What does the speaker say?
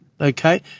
Okay